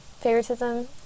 favoritism